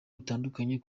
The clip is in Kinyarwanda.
bitandukanye